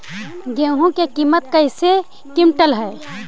गेहू के किमत कैसे क्विंटल है?